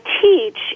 teach